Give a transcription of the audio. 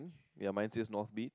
your mind just north beach